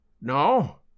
No